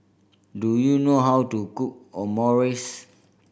do you know how to cook Omurice